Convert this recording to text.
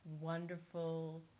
wonderful